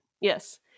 yes